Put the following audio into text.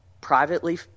privately